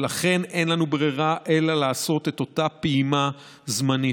ולכן אין לנו ברירה אלא לעשות את אותה פעימה זמנית,